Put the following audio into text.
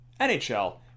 NHL